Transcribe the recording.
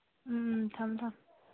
ꯎꯝ ꯊꯝꯃꯣ ꯊꯝꯃꯣ